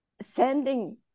sending